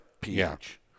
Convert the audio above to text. pH